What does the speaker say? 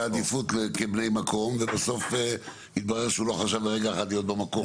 העדיפות של בני מקום ובסוף התברר שהוא לא חשב לרגע אחד להיות במקום.